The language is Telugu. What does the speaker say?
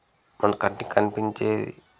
మన కంటికి కనిపించే